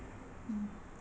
mm